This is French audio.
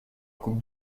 coupe